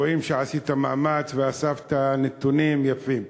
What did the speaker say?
רואים שעשית מאמץ ואספת נתונים יפים.